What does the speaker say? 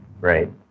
Right